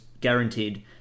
guaranteed